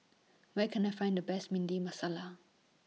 Where Can I Find The Best Masala